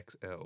XL